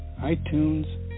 iTunes